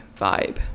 vibe